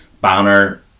Banner